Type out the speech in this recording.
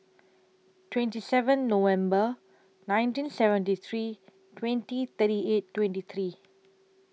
twenty seven November nineteen seventy three twenty thirty eight twenty three